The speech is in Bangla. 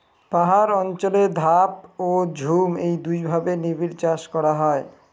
পাহাড় অঞ্চলে ধাপ ও ঝুম এই দুইভাবে নিবিড়চাষ করা হয়